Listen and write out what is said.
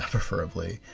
preferably.